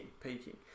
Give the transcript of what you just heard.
peaking